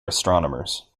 astronomers